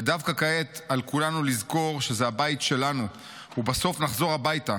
ודווקא כעת על כולנו לזכור שזה הבית שלנו ובסוף נחזור הביתה.